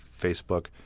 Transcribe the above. facebook